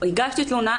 הגשתי תלונה.